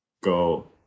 go